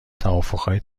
توافقهای